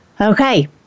Okay